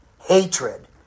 hatred